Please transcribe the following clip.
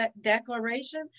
declaration